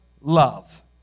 love